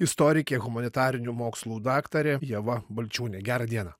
istorikė humanitarinių mokslų daktarė ieva balčiūnė gerą dieną